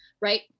right